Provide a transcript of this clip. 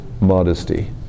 modesty